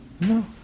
No